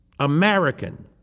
American